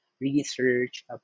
research